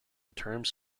terms